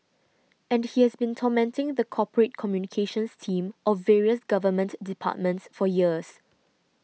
and he has been tormenting the corporate communications team of various government departments for years